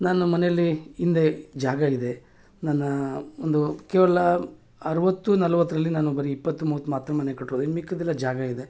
ನಾನು ಮನೆಯಲ್ಲಿ ಹಿಂದೆ ಜಾಗ ಇದೆ ನನ್ನ ಒಂದು ಕೇವಲ ಅರವತ್ತು ನಲವತ್ತ್ರಲ್ಲಿ ನಾನು ಬರೀ ಇಪ್ಪತ್ತು ಮೂವತ್ತು ಮಾತ್ರ ಮನೆ ಕಟ್ಟೋದು ಇನ್ನು ಮಿಕ್ಕಿದ್ದೆಲ್ಲ ಜಾಗ ಇದೆ